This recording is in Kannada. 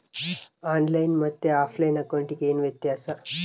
ಆನ್ ಲೈನ್ ಮತ್ತೆ ಆಫ್ಲೈನ್ ಅಕೌಂಟಿಗೆ ಏನು ವ್ಯತ್ಯಾಸ?